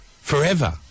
forever